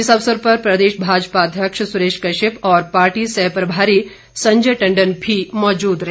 इस अवसर पर प्रदेश भाजपा अध्यक्ष सुरेश कश्यप और पार्टी सह प्रभारी संजय टंडन भी मौजूद रहे